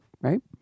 right